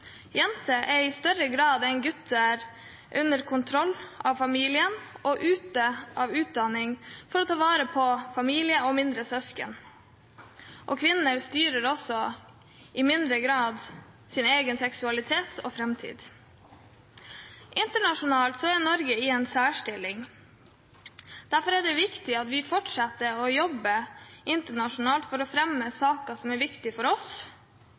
er i større grad enn gutter under kontroll av familien og ute av utdanning for å ta vare på familie og mindre søsken. Kvinner styrer også i mindre grad sin egen seksualitet og framtid. Internasjonalt er Norge i en særstilling. Derfor er det viktig at vi fortsetter å jobbe internasjonalt for å fremme saker som er viktige for oss,